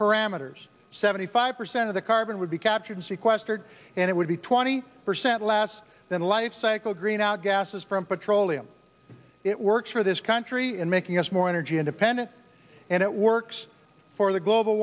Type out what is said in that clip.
parameters seventy five percent of the carbon would be captured sequestered and it would be twenty percent less than the life cycle green out gases from petroleum it works for this country in making us more energy independent and it works for the global